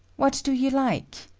what do you like?